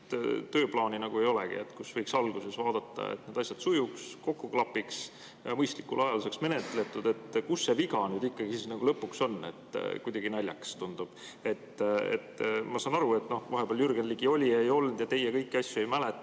tööplaani ei olegi, kus võiks alguses vaadata, et need asjad sujuksid, kokku klapiksid, mõistlikul ajal saaksid menetletud? Kus see viga nüüd ikkagi on? Kuidagi naljakas tundub. Ma saan aru, et vahepeal Jürgen Ligi oli ja ei olnud ja teie kõiki asju ei mäleta